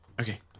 Okay